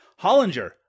Hollinger